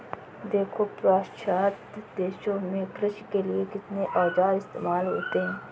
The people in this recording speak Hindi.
देखो पाश्चात्य देशों में कृषि के लिए कितने औजार इस्तेमाल होते हैं